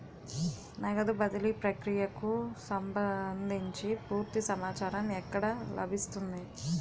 నగదు బదిలీ ప్రక్రియకు సంభందించి పూర్తి సమాచారం ఎక్కడ లభిస్తుంది?